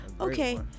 Okay